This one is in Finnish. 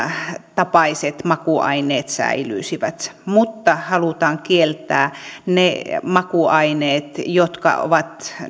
tapaiset makuaineet säilyisivät mutta halutaan kieltää ne makuaineet jotka ovat